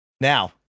Now